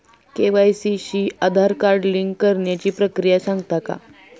KYC शी Aadhaar card link करण्याची प्रक्रिया सांगता का?